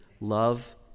Love